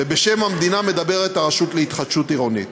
בשם המדינה מדברת הרשות להתחדשות עירונית.